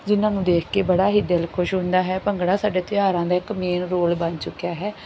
ਜਿਹਨਾਂ ਨੂੰ ਦੇਖ ਕੇ ਬੜਾ ਹੀ ਦਿਲ ਖੁਸ਼ ਹੁੰਦਾ ਹੈ ਭੰਗੜਾ ਸਾਡੇ ਤਿਉਹਾਰਾਂ ਦਾ ਇੱਕ ਮੇਨ ਰੋਲ ਬਣ ਚੁੱਕਿਆ ਹੈ